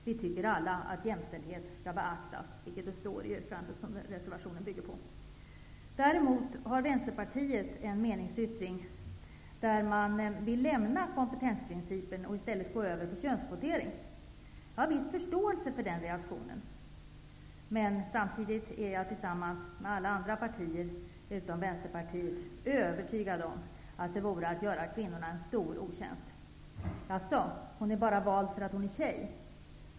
Vi tycker alla att jämställdheten skall beaktas, vilket står i det yrkande som reservationen bygger på. Vänsterpartiet vill däremot i en meningsyttring lämna kompetensprincipen och gå över till könskvotering. Jag har viss förståelse för den reaktionen, men jag är samtidigt, tillsammans med företrädare för alla partier utom Vänsterpartiet, övertygad om att det vore att göra kvinnorna en stor otjänst. Det kan leda till kommentaren: ''Jaså, hon är vald bara för att hon är tjej!''